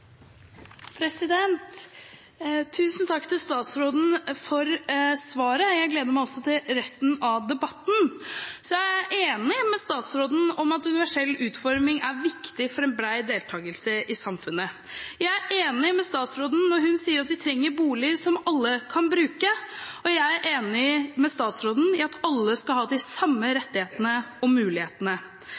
statsråden i at universell utforming er viktig for en bred deltakelse i samfunnet, jeg er enig med statsråden når hun sier at vi trenger boliger som alle kan bruke, og jeg er enig med statsråden i at alle skal ha de samme rettighetene og mulighetene.